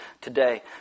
today